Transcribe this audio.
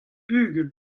bugel